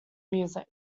music